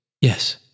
Yes